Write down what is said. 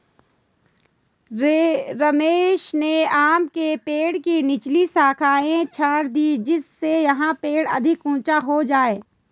रमेश ने आम के पेड़ की निचली शाखाएं छाँट दीं जिससे यह पेड़ अधिक ऊंचा हो जाएगा